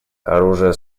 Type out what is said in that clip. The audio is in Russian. оружие